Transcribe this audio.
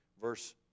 verse